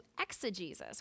exegesis